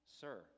Sir